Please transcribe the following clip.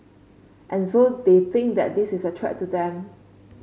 and so they think that this is a threat to them